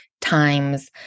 times